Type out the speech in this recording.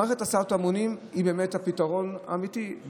מערכת הסעת המונים היא באמת הפתרון האמיתי.